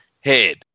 head